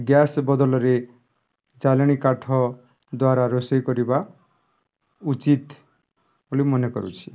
gas ବଦଳରେ ଜାଳେଣି କାଠ ଦ୍ୱାରା ରୋଷେଇ କରିବା ଉଚିତ ବୋଲି ମନେ କରୁଛି